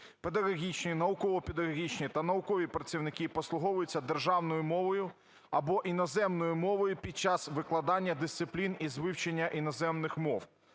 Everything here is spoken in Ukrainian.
педагогічні, науково-педагогічні та наукові працівники, послуговуються державною мовою або іноземною мовою під час викладання дисциплін із вивчення іноземних мов".